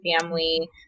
family